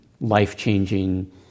life-changing